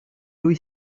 lui